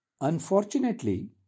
Unfortunately